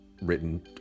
written